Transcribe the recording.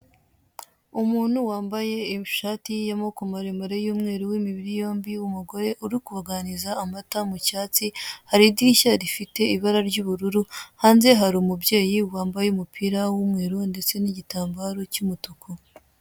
Umuntu wambaye ishati y'amaboko maremare, y'umweru w'imibiri yombi, umugore uri kubuganiza amata mu cyansi, hari idirishya rifite ibara ry'ubururu,, hanze hari umubyeyi wambaye umupira w'umweru ndetse n'igitambaro cy'umutuku.